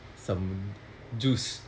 some juice